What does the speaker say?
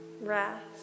Rest